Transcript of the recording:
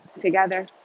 together